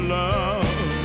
love